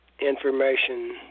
Information